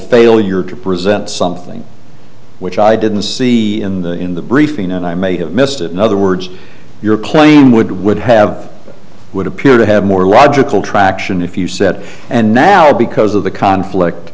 failure to present something which i didn't see in the briefing and i may have missed it in other words your claim would would have would appear to have more logical traction if you said and now because of the conflict